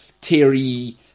Terry